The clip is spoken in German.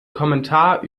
kommentar